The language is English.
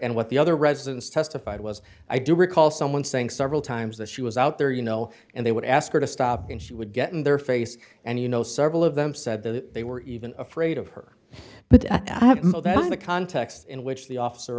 and what the other residents testified was i do recall someone saying several times that she was out there you know and they would ask her to stop and she would get in their face and you know several of them said that they were even afraid of her but that was the context in which the officer